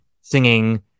singing